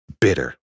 bitter